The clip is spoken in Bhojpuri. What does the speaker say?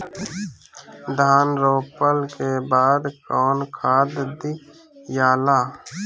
धान रोपला के बाद कौन खाद दियाला?